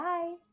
Bye